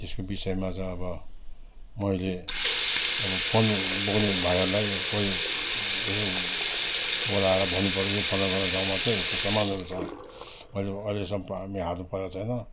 त्यसको विषयमा चाहिँ अब मैले अब फोन बोक्ने भाइहरूलाई कोही यसो बोलाएर भन्नु पऱ्यो यो फलना फलना ठाउँमा चाहिँ यस्तो सामानहरू छ अहिले अहिलेसम्म मेरो हातमा परेको छैन